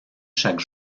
chaque